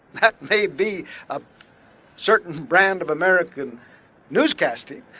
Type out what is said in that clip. that may be a certain brand of american newscasting,